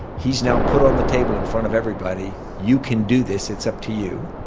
he's now put on the table, in front of everybody, you can do this, it's up to you.